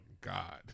God